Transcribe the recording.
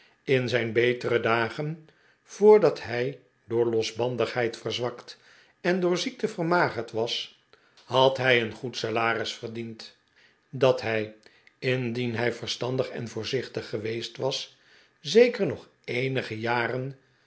in zijn betere dagen voordat hij door losbandigheid verzwakt en door ziekte vermagerd was had hij een goed salaris verdiend dat hij indien hij verstandig en voorzichtig geweest was zeker nog eenige jaren